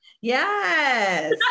Yes